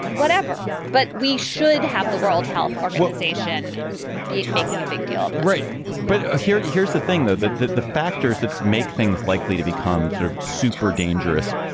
whatever, but we should have the world health organization be making a big deal. right but ah here here's the thing, though, that the the factors that make things likely to become sort of super dangerous,